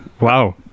Wow